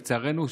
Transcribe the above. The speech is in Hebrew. לצערנו,